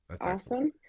Awesome